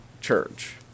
church